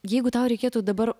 jeigu tau reikėtų dabar